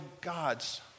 God's